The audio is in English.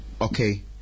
okay